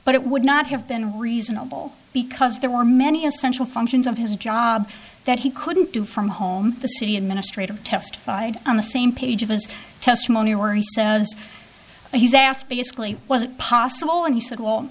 but it would not have been reasonable because there were many essential functions of his job that he couldn't do from home the city administrator testified on the same page of his testimony where he says he's asked basically was it possible and he said well